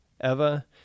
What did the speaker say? eva